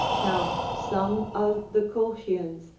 now some of the colchians,